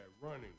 Running